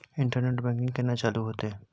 Internet banking केना चालू हेते?